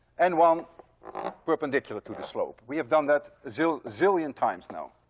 and one perpendicular to the slope. we have done that a zill. zillion times now.